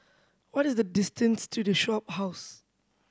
what is the distance to The Shophouse